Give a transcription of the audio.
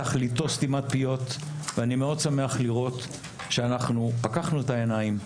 תכליתו סתימת פיות ואני מאוד שמח לראות שאנחנו פקחנו את העיניים ,